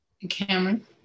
Cameron